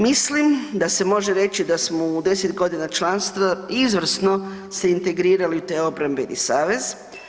Mislim da se može reći da smo u 10 godina članstva izvrsno se integrirali u taj obrambeni savez.